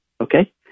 okay